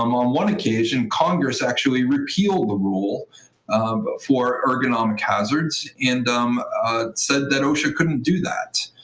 um on one occasion, congress actually repealed the rule for ergonomic hazards and um said that osha couldn't do that.